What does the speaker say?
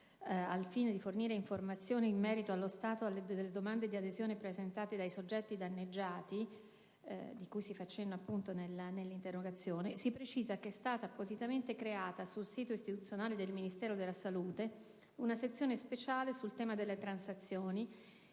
al fine di fornire informazioni in merito allo stato delle domande di adesione presentate dai soggetti danneggiati, di cui si fa cenno appunto nell'interrogazione, faccio presente che è stata appositamente creata, sul sito istituzionale del Ministero della salute una sezione speciale sul tema delle transazioni,